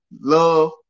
love